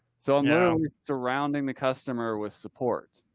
so now surrounding the customer with support,